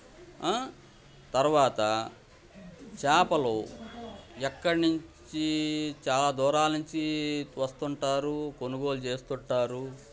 తర్వాత చాపలు ఎక్కడినించి చాలా దూరాల నుంచి వస్తుంటారు కొనుగోలు చేస్తుంటారు